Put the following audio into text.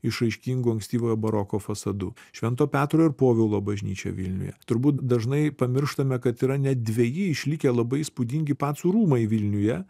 išraiškingu ankstyvojo baroko fasadu švento petro ir povilo bažnyčia vilniuje turbūt dažnai pamirštame kad yra net dveji išlikę labai įspūdingi pacų rūmai vilniuje